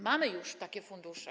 Mamy już takie fundusze.